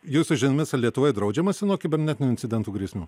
jūsų žiniomis ar lietuvoje draudžiamasi nuo kibernetinių incidentų grėsmių